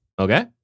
Okay